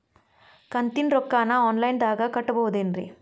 ಕಂತಿನ ರೊಕ್ಕನ ಆನ್ಲೈನ್ ದಾಗ ಕಟ್ಟಬಹುದೇನ್ರಿ?